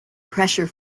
pressure